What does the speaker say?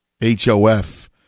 H-O-F